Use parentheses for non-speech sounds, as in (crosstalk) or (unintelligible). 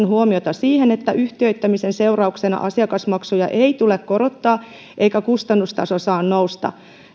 (unintelligible) huomiota siihen että yhtiöittämisen seurauksena asiakasmaksuja ei tule korottaa eikä kustannustaso saa nousta